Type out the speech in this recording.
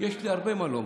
יש לי הרבה מה לומר.